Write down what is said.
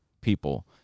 people